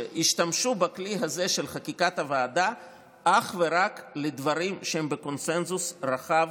שהשתמשו בכלי הזה של חקיקת הוועדה אך ורק לדברים שהם בקונסנזוס רחב